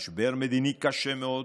משבר מדיני קשה מאוד,